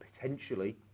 potentially